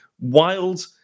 wild